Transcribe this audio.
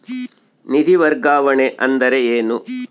ನಿಧಿ ವರ್ಗಾವಣೆ ಅಂದರೆ ಏನು?